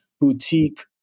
boutique